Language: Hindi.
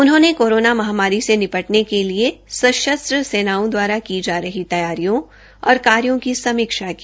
उन्होंने कोरोना महामारी से निपटने के लिए सशस्त्र सेनाओं दवारा की जा रही तैयारियों और कार्यो की समीक्षा की